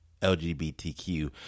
lgbtq